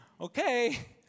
Okay